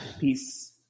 Peace